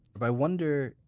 but i wonder,